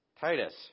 Titus